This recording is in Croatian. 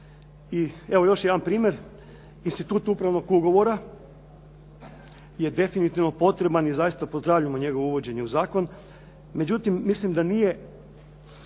I evo još jedan primjer. Institut upravnog ugovora je definitivno potreban i zaista pozdravljamo njegovo uvođenje u zakon, međutim mislim da nije